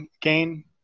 gain